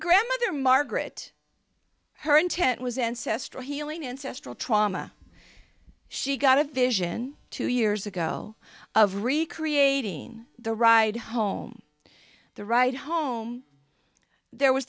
grandmother margaret her intent was ancestral healing ancestral trauma she got a vision two years ago of recreating the ride home the right home there was